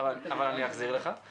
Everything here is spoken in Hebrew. דיברנו על המון דברים,